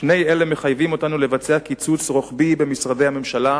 שני אלה מחייבים אותנו לבצע קיצוץ רוחבי במשרדי הממשלה.